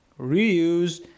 reuse